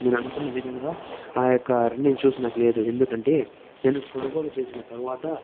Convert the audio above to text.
నేను అనుకున్న విధంగా ఆ యొక్క రన్నింగ్ షూస్ నాకు లేదు ఎందుకంటే నేను కొనుగోలు చేసిన తర్వాత